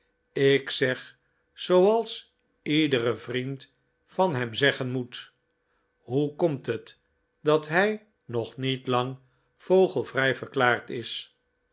ik zeg zooals iedere vriend van hem zeggen moet hoe komt het dat hij nog niet lang vogelvrij verklaard is